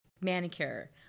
manicure